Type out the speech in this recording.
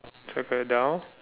circle down